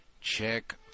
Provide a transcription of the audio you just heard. Check